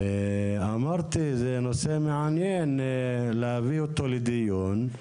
ואמרתי, זה נושא מעניין להביא אותו לדיון,